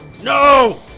No